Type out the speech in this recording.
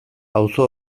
auzo